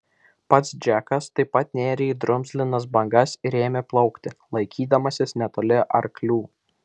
pats džekas taip pat nėrė į drumzlinas bangas ir ėmė plaukti laikydamasis netoli arklių